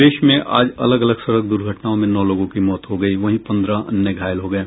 प्रदेश में आज अलग अलग सड़क दुर्घटनाओं में नौ लोगों की मौत हो गयी वहीं पन्द्रह अन्य घायल हो गये